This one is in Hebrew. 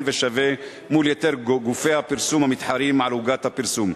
ושווה מול יתר גופי הפרסום המתחרים על עוגת הפרסום.